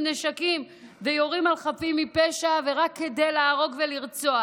נשקים ויורים על חפים מפשע רק כדי להרוג ולרצוח.